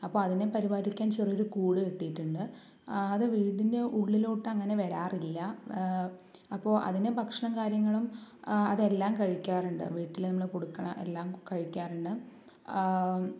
അപ്പോൾ അതിനെ പരിപാലിക്കാൻ ചെറിയൊരു കൂട് കെട്ടിയിട്ടുണ്ട് അത് വീടിൻ്റെ ഉള്ളിലോട്ടങ്ങനെ വരാറില്ല അപ്പോൾ അതിൻറെ ഭക്ഷണം കാര്യങ്ങളും അതെല്ലാം കഴിക്കാറുണ്ട് വീട്ടിൽ നമ്മൾ കൊടുക്കണ എല്ലാം കഴിക്കാറുണ്ട്